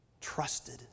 trusted